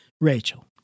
Rachel